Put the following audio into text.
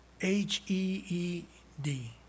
H-E-E-D